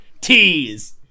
Tease